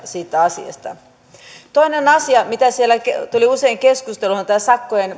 siitä asiasta toinen asia joka siellä tuli usein keskusteluun on nämä sakkojen